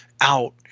out